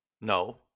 no